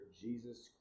Jesus